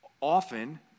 often